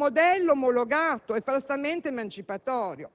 con un unico modello omologato e falsamente emancipatorio.